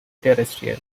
terrestrial